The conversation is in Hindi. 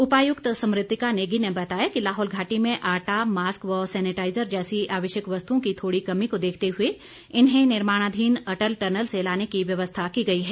उपायुक्त स्मृतिका नेगी ने बताया कि लाहौल घाटी में आटा मास्क व सेनेटाइजर जैसी आवश्यक वस्तुओं की थोड़ी कमी को देखते हुए इन्हें निर्माणाधीन अटल टनल से लाने की व्यवस्था की गई है